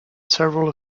several